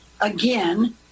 again